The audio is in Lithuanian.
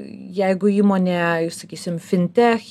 jeigu įmonė sakysim fintech